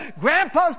grandpa's